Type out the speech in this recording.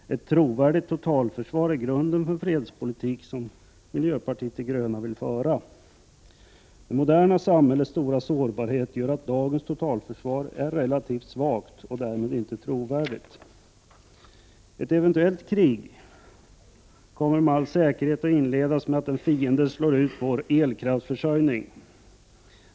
Ett trovärdigt totalförsvar är grunden för den fredspolitik miljöpartiet de gröna vill föra. Det moderna samhällets stora sårbarhet gör att dagens totalförsvar är relativt svagt och därmed inte trovärdigt. Ett eventuellt krig kommer med all säkerhet att inledas med att en fiende slår ut vår elkraftsförsörjning.